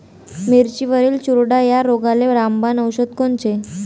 मिरचीवरील चुरडा या रोगाले रामबाण औषध कोनचे?